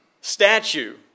statue